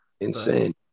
Insane